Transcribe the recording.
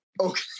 Okay